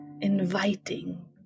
inviting